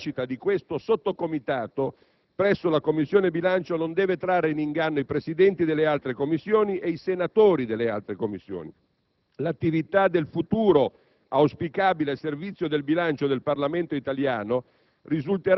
La nascita di questo Sottocomitato presso la Commissione bilancio non deve trarre in inganno i Presidenti e i senatori delle altre Commissioni: l'attività del futuro auspicabile Servizio del bilancio del Parlamento italiano